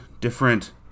different